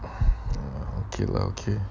okay lah okay